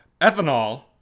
ethanol